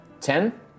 Ten